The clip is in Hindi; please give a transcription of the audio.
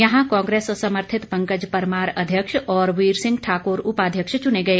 यहां कांग्रेस समर्थित पंकज परमार अध्यक्ष और वीर सिंह ठाकुर उपाध्यक्ष चुने गए